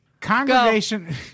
Congregation